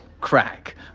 crack